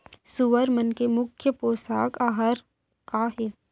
सुअर मन के मुख्य पोसक आहार का हे?